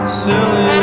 silly